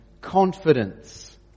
confidence